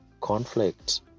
conflict